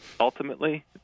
Ultimately